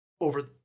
over